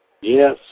Yes